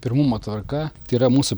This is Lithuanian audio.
pirmumo tvarka tai yra mūsų